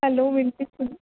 hello వినిపిస్తు